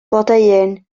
blodeuyn